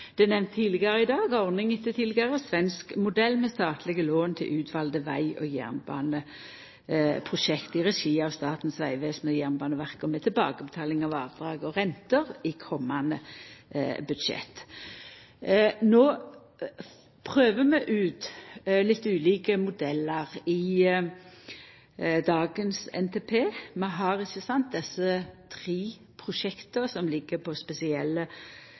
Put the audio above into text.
Det er nemnt tidlegare i dag. «ordning etter svensk modell med statlige lån til utvalgte veg- og jernbaneinvesteringer i regi av Statens vegvesen og Jernbaneverket, og med tilbakebetaling av avdrag og renter i kommende budsjetter.» No prøver vi ut litt ulike modellar i dagens NTP. Vi har desse tre prosjekta som ligg på spesielle